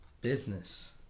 business